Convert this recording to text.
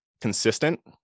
consistent